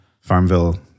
Farmville